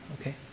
Okay